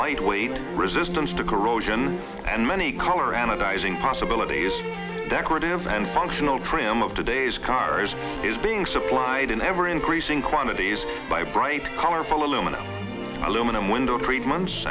lightweight resistance to corrosion and many color analyzing possibilities decorative and functional trim of today's cars is being supplied in ever increasing quantities by bright colorful aluminum aluminum window treatments